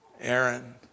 Aaron